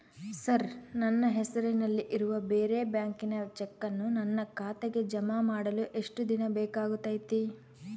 Sir ನನ್ನ ಹೆಸರಲ್ಲಿ ಇರುವ ಬೇರೆ ಬ್ಯಾಂಕಿನ ಚೆಕ್ಕನ್ನು ನನ್ನ ಖಾತೆಗೆ ಜಮಾ ಮಾಡಲು ಎಷ್ಟು ದಿನ ಬೇಕಾಗುತೈತಿ?